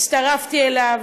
הצטרפתי אליו,